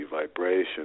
vibration